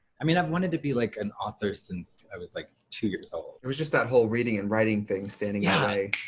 i mean, i've wanted to be like, an author since i was like, two years old. it was just that whole reading and writing thing standing